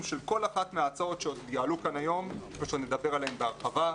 של כל אחת מההצעות שעוד עלו כאן היום ושנדבר עליהן בהרחבה.